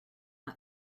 not